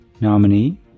nominee